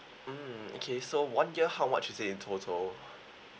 mm okay so one year how much is it in total